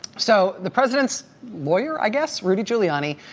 so the president's lawyer, i guess, rudy giuliani,